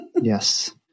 Yes